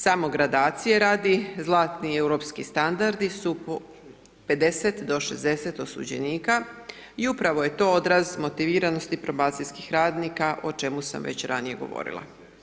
Samo gradacije radi zlatni europski standardi su po 50 do 60 osuđenika i upravo je to odraz motiviranosti probacijskih radnika o čemu sam već ranije govorila.